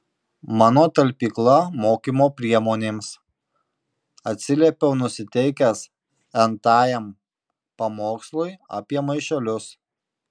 mano talpykla mokymo priemonėms atsiliepiau nusiteikęs n tajam pamokslui apie maišelius